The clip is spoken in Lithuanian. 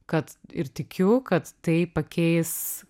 kad ir tikiu kad tai pakeis